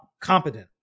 competent